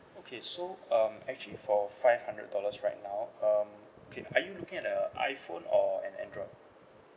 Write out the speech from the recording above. okay so um actually for five hundred dollars right now um okay are you looking at a iphone or an android